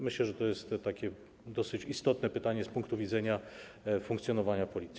Myślę, że to jest takie dosyć istotne pytanie z punktu widzenia funkcjonowania policji.